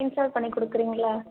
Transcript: install பண்ணிக் கொடுக்குறீங்களா